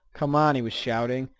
come on, he was shouting.